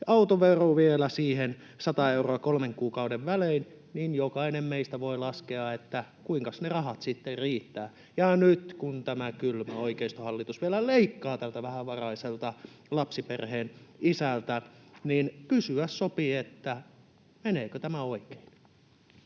autovero vielä siihen 100 euroa kolmen kuukauden välein. Jokainen meistä voi laskea, kuinkas ne rahat sitten riittävät, ja nyt kun tämä kylmä oikeistohallitus vielä leikkaa tältä vähävaraiselta lapsiperheen isältä, niin kysyä sopii, meneekö tämä oikein.